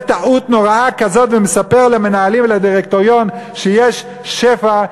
טעות נוראה כזו ומספר למנהלים ולדירקטוריון שיש שפע,